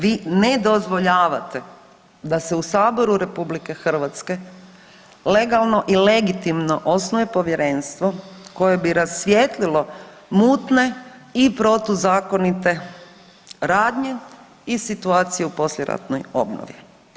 Vi ne dozvoljavate da se u Saboru Republike Hrvatske legalno i legitimno osnuje Povjerenstvo koje bi rasvijetlilo mutne i protuzakonite radnje i situacije u poslijeratnoj obnovi.